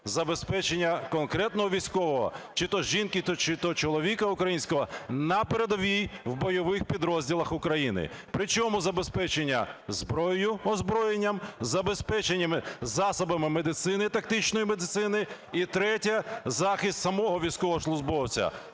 забезпечення конкретного військового, чи то жінки, чи то чоловіка українського, на передовій в бойових підрозділах України. Причому забезпечення зброєю, озброєнням, забезпечення засобами медицини, тактичної медицини. І третє – захист самого військовослужбовця: